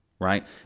right